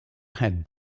had